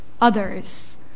others